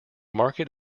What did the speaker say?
market